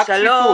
רק צפיפות.